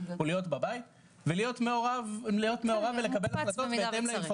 הוא להיות בבית ולהיות מעורב ולקבל החלטות